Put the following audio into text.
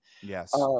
Yes